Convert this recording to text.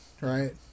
right